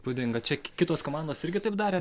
įspūdinga čia kitos komandos irgi taip darė